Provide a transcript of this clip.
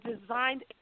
designed